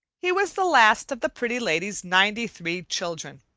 he was the last of the pretty lady's ninety-three children.